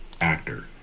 Actor